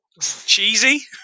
Cheesy